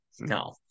No